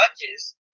judges